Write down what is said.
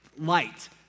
light